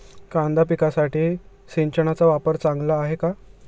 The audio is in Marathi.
कांदा पिकासाठी सिंचनाचा वापर चांगला आहे का?